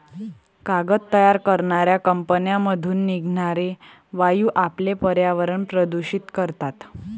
कागद तयार करणाऱ्या कंपन्यांमधून निघणारे वायू आपले पर्यावरण प्रदूषित करतात